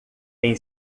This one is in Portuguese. tem